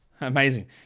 Amazing